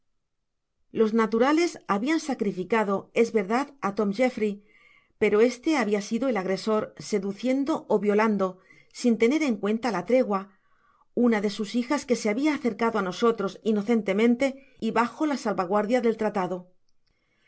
los naturales haijan sa orificado es verdad á tona jeffry pero este habia sido el agresor seduciendo ó violando sin tener en cuenta la tregua una de sus hijas que se habia acercado á nosotros inocentemente y bajo la salvaguardia del tratado